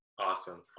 awesome